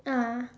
ah